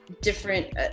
different